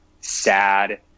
sad